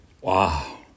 wow